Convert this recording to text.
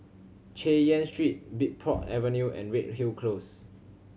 Chay Yan Street Bridport Avenue and Redhill Close